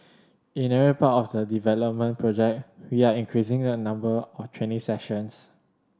in every part of the development project we are increasing the number of training sessions